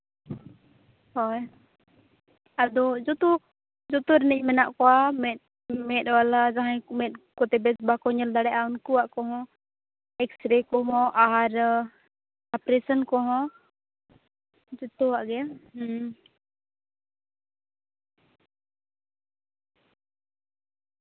ᱦᱳᱭ ᱟᱫᱚ ᱡᱚᱛᱚ ᱡᱚᱛᱚ ᱨᱤᱱᱤᱡ ᱢᱮᱱᱟᱜ ᱠᱚᱣᱟ ᱢᱮᱸᱫ ᱢᱮᱸᱫ ᱵᱟᱞᱟ ᱡᱟᱦᱟᱸᱭ ᱠᱚ ᱢᱮᱸᱫ ᱠᱚᱛᱮ ᱵᱮᱥ ᱵᱟᱠᱚ ᱧᱮᱞ ᱫᱟᱲᱭᱟᱜᱼᱟ ᱩᱱᱠᱩᱣᱟᱜ ᱠᱚᱦᱚᱸ ᱮᱠᱥᱮᱨᱮ ᱠᱚᱦᱚᱸ ᱟᱨ ᱚᱯᱟᱨᱮᱥᱚᱱ ᱠᱚᱦᱚᱸ ᱡᱚᱛᱚᱣᱟᱜ ᱜᱮ ᱦᱩᱸ